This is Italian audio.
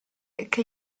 che